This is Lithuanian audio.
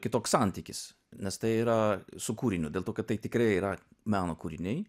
kitoks santykis nes tai yra su kūriniu dėl to kad tai tikrai yra meno kūriniai